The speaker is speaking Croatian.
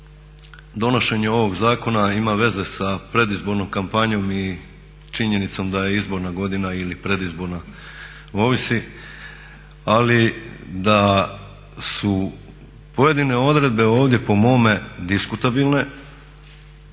donošenje ovog zakona ima veze sa predizbornom kampanjom i činjenicom da je izborna godina ili predizborna, ovisi, ali da su pojedine odredbe ovdje po mome diskutabilne,